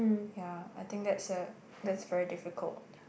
ya I think that's uh that's very difficult